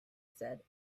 said